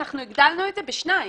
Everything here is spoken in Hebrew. אנחנו הגדלנו את זה בשניים,